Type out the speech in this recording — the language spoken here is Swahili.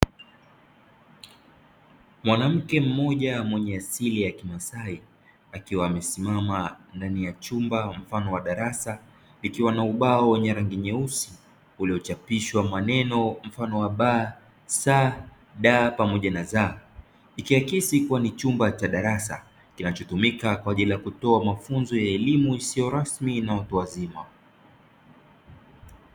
Mwanamke mmoja mwenye asili ya kimasai akiwa amesimama ndani ya chumba mfano wa darasa ikiwa na ubao wenye rangi nyeusi uliochapishwa maneno mfano wa ba, sa, da, pamoja na za, ikiakisis kua ni chumba cha darasa kinachotumika kwa ajili ya kutoa mafunzo ya elimu isiyo rasmi na watu wazima.